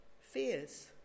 fears